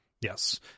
Yes